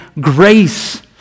grace